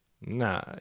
nah